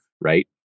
right